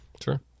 Sure